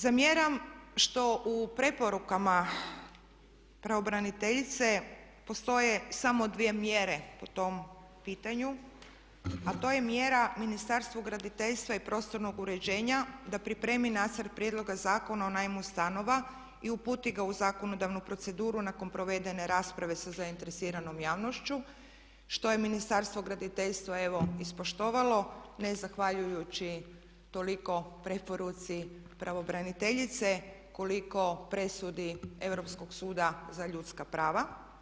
Zamjeram što u preporukama pravobraniteljice postoje samo dvije mjere po tom pitanju, a to je mjera Ministarstva graditeljstva i prostornog uređenja da pripremi nacrt prijedloga Zakona o najmu stanova i uputi ga u zakonodavnu proceduru nakon provedene rasprave sa zainteresiranom javnošću što je Ministarstvo graditeljstva evo ispoštovalo, ne zahvaljujući toliko preporuci pravobraniteljice koliko presudi Europskog suda za ljudska prava.